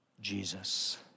Jesus